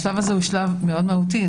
השלב הזה מאוד מהותי.